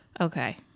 Okay